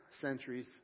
centuries